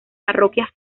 parroquias